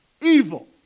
evil